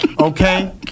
okay